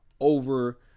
over